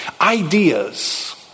ideas